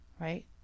Right